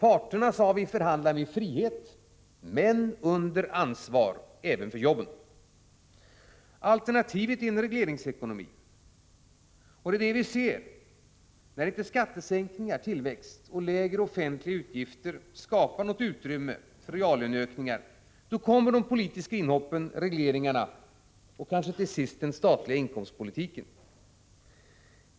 Parterna, sade vi, förhandlar i frihet men under ansvar även för jobben. Alternativet är en regleringsekonomi, och det är det vi ser: När inte skattesänkningar, tillväxt och lägre offentliga utgifter skapar något utrymme för reallöneökningar, då kommer de politiska inhoppen, regleringarna och kanske till sist den statliga inkomstpolitiken.